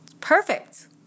Perfect